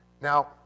Now